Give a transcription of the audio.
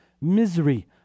misery